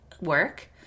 work